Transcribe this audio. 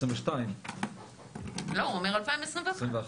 השנה הזאת זה 2022. לא, הוא אומר 2021. 2021?